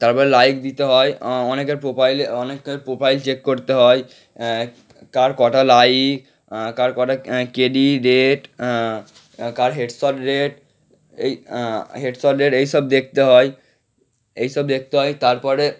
তারপরে লাইক দিতে হয় অ অনেকের প্রোফাইলে অনেকের প্রোফাইল চেক করতে হয় কার কটা লাইক কার কটা কেডি রেট কার হেড শট রেট এই হেড শট রেট এইসব দেখতে হয় এইসব দেখতে হয় তারপরে